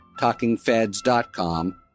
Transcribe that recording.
TalkingFeds.com